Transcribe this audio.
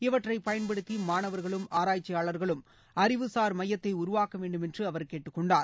இவற்றை பயன்படுத்தி மாணவர்களும் ஆராய்ச்சியாளர்களும் அறிவுசார் மையத்தை உருவாக்க வேண்டும் என்று அவர் கேட்டுக்கொண்டார்